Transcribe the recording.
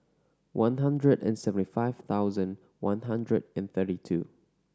one hundred and seventy five thousand one hundred and thirty two